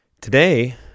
Today